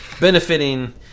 benefiting